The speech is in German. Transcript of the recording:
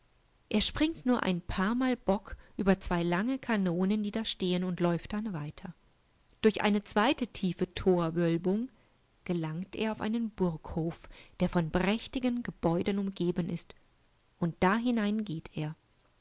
er springt nur ein paarmal bock über zwei lange kanonen die da stehen und läuft dann weiter durch eine zweite tiefe torwölbung gelangt er auf einen burghof dervonprächtigengebäudenumgebenistunddahineingehter er